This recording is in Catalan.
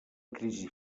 crisi